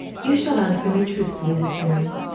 you shall answer me truthfully this morning.